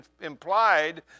implied